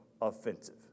offensive